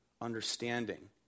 understanding